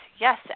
yes